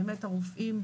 באמת הרופאים,